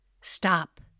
stop